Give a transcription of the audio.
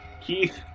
Keith